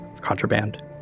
contraband